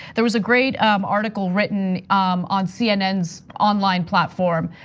there was a great um article written on cnn's online platform.